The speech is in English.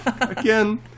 again